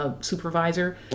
supervisor